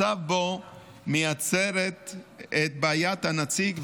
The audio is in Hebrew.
מצב זה מייצר את "בעיית הנציג",